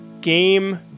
Game